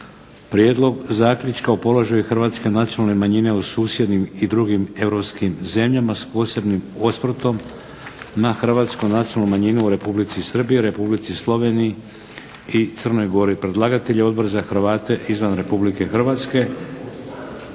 Prijedlog zaključka o položaju hrvatske nacionalne manjine u susjednim i drugim europskim državama s posebnim osvrtom na hrvatsku nacionalnu manjinu u Republici Srbiji, Republici Sloveniji i Crnoj Gori. Predlagatelj: Odbor za Hrvate izvan Republike Hrvatske.